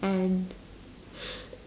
and